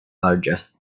largest